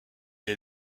est